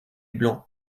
blanc